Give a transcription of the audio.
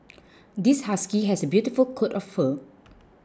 this husky has a beautiful coat of fur